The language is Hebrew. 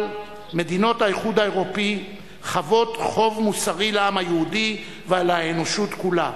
אבל מדינות האיחוד האירופי חבות חוב מוסרי לעם היהודי ולאנושות כולה.